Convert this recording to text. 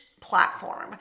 platform